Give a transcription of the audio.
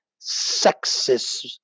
sexist